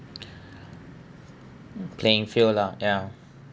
playing field lah ya